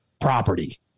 property